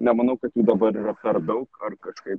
nemanau kad jų dabar yra per daug ar kažkaip